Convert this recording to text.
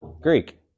Greek